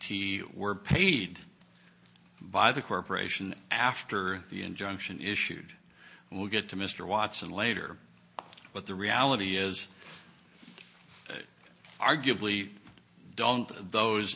were paid by the corporation after the injunction issued and we'll get to mr watson later but the reality is arguably don't those